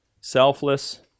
selfless